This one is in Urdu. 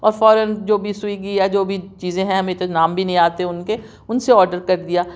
اور فوراً جو بھی سویگی یا جو بھی چیزیں ہیں ہمیں تو نام بھی نہیں آتے ان کے ان سے آڈر کر دیا